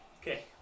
Okay